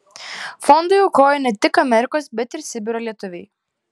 fondui aukoja ne tik amerikos bet ir sibiro lietuviai